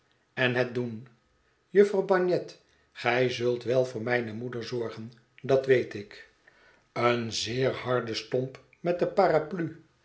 en het doen jufvrouw bagnet gij zult wel voor mijne moeder zorgen dat weet ik een zeer harde stomp met de paraplu